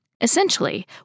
Essentially